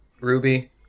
Ruby